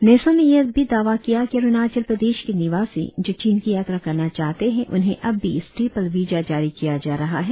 नेसो ने यह भी दावा किया की अरुणाचल प्रदेश के निवासी जो चीन की यात्रा करना चाहते है उन्हें अब भी स्टेपल विजा जारी किया जा रहा है